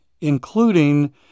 including